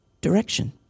direction